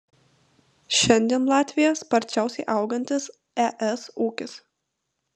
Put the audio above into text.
šiandien latvija sparčiausiai augantis es ūkis